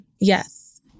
yes